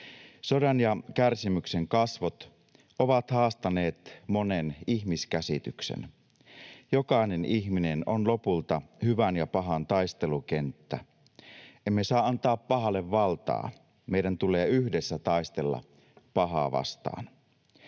Sodan ja kärsimyksen kasvot ovat haastaneet monen ihmiskäsityksen. Jokainen ihminen on lopulta hyvän ja pahan taistelukenttä. Emme saa antaa pahalle valtaa. Meidän tulee yhdessä taistella pahaa vastaan.